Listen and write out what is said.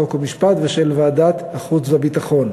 חוק ומשפט ושל ועדת החוץ והביטחון.